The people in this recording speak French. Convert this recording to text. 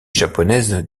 japonaise